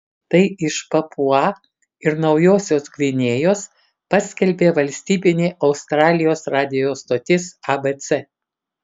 tai iš papua ir naujosios gvinėjos paskelbė valstybinė australijos radijo stotis abc